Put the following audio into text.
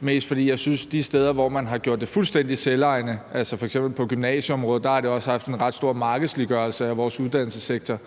mest, fordi jeg synes, at det de steder, hvor man har gjort det fuldstændig selvejende, f.eks. på gymnasieområdet, også har skabt en ret stor markedsliggørelse af vores uddannelsessektor.